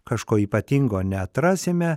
kažko ypatingo neatrasime